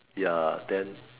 ya then